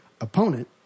opponent